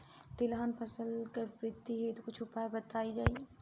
तिलहन फसल के वृद्धी हेतु कुछ उपाय बताई जाई?